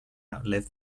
outlive